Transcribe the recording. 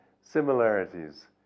similarities